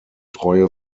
treue